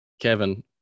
Kevin